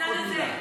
בצד הזה.